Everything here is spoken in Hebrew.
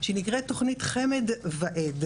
שנקראת תוכנית 'חמד ועד',